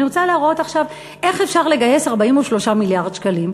אני רוצה להראות עכשיו איך אפשר לגייס 43 מיליארד שקלים,